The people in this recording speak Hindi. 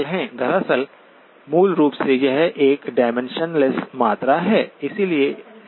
दरअसल मूल रूप से यह एक डायमेंशनलेस्स मात्रा है